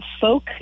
folk